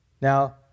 Now